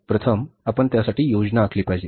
प्रथम आपण त्यासाठी योजना आखली पाहिजे